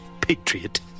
Patriot